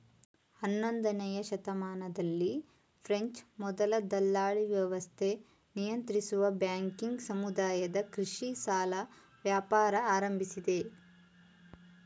ಹನ್ನೊಂದನೇಯ ಶತಮಾನದಲ್ಲಿ ಫ್ರೆಂಚ್ ಮೊದಲ ದಲ್ಲಾಳಿವ್ಯವಸ್ಥೆ ನಿಯಂತ್ರಿಸುವ ಬ್ಯಾಂಕಿಂಗ್ ಸಮುದಾಯದ ಕೃಷಿ ಸಾಲ ವ್ಯಾಪಾರ ಆರಂಭಿಸಿದೆ